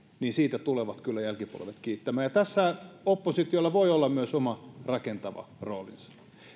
niin siitä tulevat kyllä jälkipolvet kiittämään ja tässä oppositiolla voi olla myös oma rakentava roolinsa